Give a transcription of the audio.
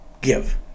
give